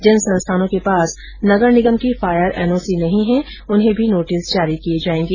जिन संस्थानों के पास नगर निगम की फायर एनओसी नहीं है उन्हें भी नोटिस जारी किए जाएंगे